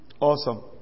awesome